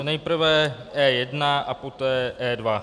Nejprve E1 a poté E2.